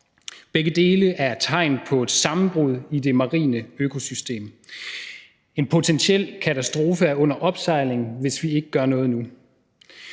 Begge dele er et tegn på et sammenbrud i det marine økosystem. En potentiel katastrofe er under opsejling, hvis vi ikke gør noget nu.